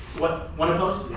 but one opposed?